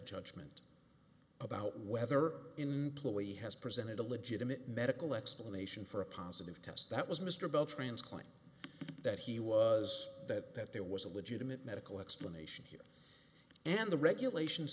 judgment about whether employee has presented a legitimate medical explanation for a positive test that was mr bell transplant that he was that that there was a legitimate medical explanation here and the regulation